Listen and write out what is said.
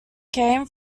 came